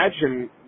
imagine